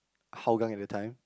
Hougang at the time